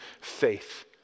faith